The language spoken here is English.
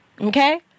okay